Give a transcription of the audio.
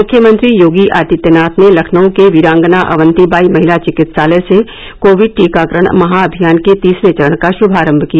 मुख्यमंत्री योगी आदित्यनाथ ने लखनऊ के वीरांगना अवन्तीबाई महिला चिकित्सालय से कोविड टीकाकरण महाभियान के तीसरे चरण का शुभारम्भ किया